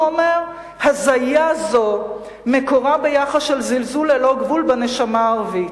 "הזיה זו מקורה ביחס של זלזול ללא גבול בנשמה הערבית,